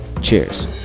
cheers